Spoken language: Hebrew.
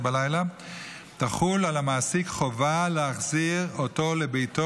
תחול על המעסיק חובה להחזיר אותו לביתו